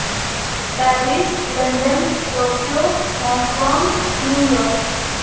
Paris London Tokyo Hong Kong New York